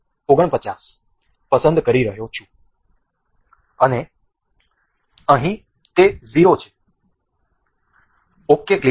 49 પસંદ કરી રહ્યો છું અને અહીં તે 0 છે ok ક્લિક કરો